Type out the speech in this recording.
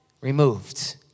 removed